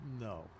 no